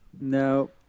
No